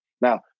Now